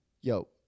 Yo